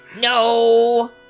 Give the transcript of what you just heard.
No